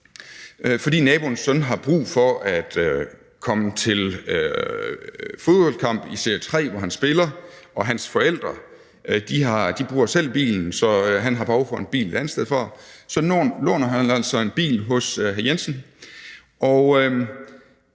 fordi naboens søn har brug for at komme til fodboldkamp i serie 3, hvor han spiller – hans forældre bruger selv bilen, og han har behov for en bil et andet sted fra, så nu låner han altså en bil af hr. Jensen